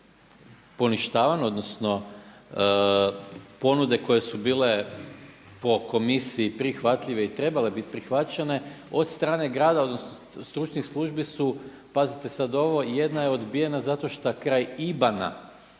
odnosno ponude koje su bile po Komisiji prihvatljive i trebale bit prihvaćene od strane grada, odnosno stručnih službi su pazite sad ovo jedna je odbijena zato šta kraj IBAN-a